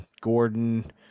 Gordon